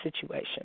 situation